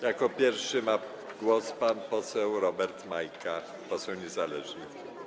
Jako pierwszy ma głos pan poseł Robert Majka, poseł niezależny.